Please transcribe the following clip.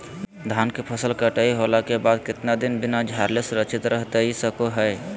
धान के फसल कटाई होला के बाद कितना दिन बिना झाड़ले सुरक्षित रहतई सको हय?